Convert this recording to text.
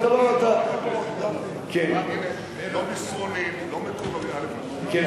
אמרתי: לא אתה, לא מסרונים, ולא מקובל, אני, כן.